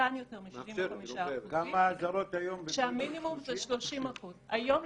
קטן יותר מ-65% כשהמינימום הוא 30%. היום,